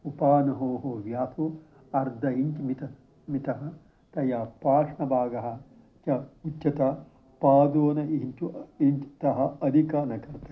उपानोः व्यासु अर्ध इञ्च् मितः तया पाष्णभागः च उच्यता पादोन इञ्च इञ्च् तः अधिका न कर्तव्य